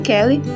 Kelly